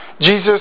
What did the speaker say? Jesus